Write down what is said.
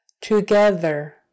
Together